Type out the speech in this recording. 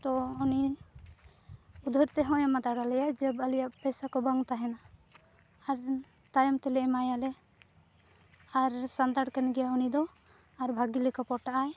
ᱛᱚ ᱩᱱᱤ ᱩᱫᱷᱟᱹᱨ ᱛᱮᱦᱚᱸᱭ ᱮᱢᱟ ᱫᱟᱲᱮᱭᱟᱞᱮᱭᱟ ᱡᱮ ᱟᱞᱮᱭᱟᱜ ᱯᱚᱭᱥᱟᱠᱚ ᱵᱟᱝ ᱛᱟᱦᱮᱱᱟ ᱟᱨ ᱛᱟᱭᱚᱢᱛᱮᱞᱮ ᱮᱢᱟᱭᱟᱞᱮ ᱟᱨ ᱥᱟᱱᱛᱟᱲ ᱠᱟᱱᱜᱮᱭᱟᱭ ᱩᱱᱤᱫᱚ ᱟᱨ ᱵᱷᱟᱜᱮ ᱞᱮᱠᱟ ᱯᱚᱴᱟᱜᱼᱟᱭ